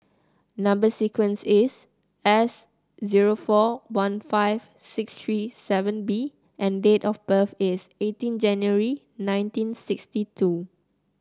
number sequence is S zero four one five six three seven B and date of birth is eighteen January nineteen sixty two